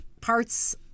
parts